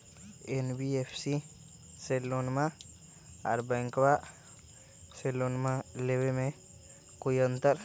NBFC से लोनमा आर बैंकबा से लोनमा ले बे में कोइ अंतर?